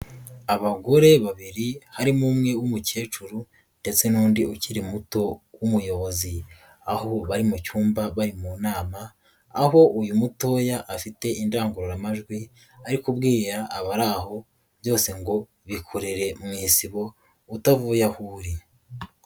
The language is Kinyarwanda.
Abagore babiri, harimo umwe w'umukecuru ndetse n'undi ukiri muto w'umuyobozi. Aho bari mu cyumba bari mu nama, aho uyu mutoya afite indangururamajwi, ari kubwira abari aho byose ngo bikorere mu isibo, utavuye aho uri.